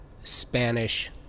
Spanish